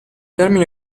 termini